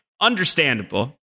understandable